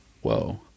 Whoa